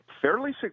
fairly